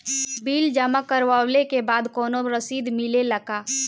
Bill जमा करवले के बाद कौनो रसिद मिले ला का?